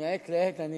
שמעת לעת אני